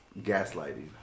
gaslighting